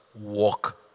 walk